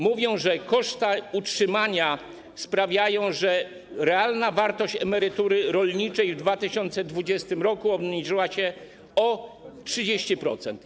Mówią, że koszty utrzymania sprawiają, że realna wartość emerytury rolniczej w 2020 r. obniżyła się o 30%.